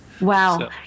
Wow